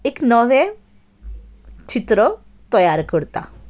एक नवें चित्र तयार करता